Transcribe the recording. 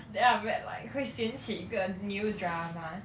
then after that like 会嫌弃一个 new drama